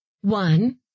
One